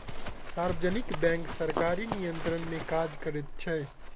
सार्वजनिक बैंक सरकारी नियंत्रण मे काज करैत छै